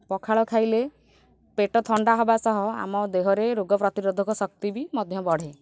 ପଖାଳ ଖାଇଲେ ପେଟ ଥଣ୍ଡା ହେବା ସହ ଆମ ଦେହରେ ରୋଗ ପ୍ରତିରୋଧକ ଶକ୍ତି ବି ମଧ୍ୟ ବଢ଼େ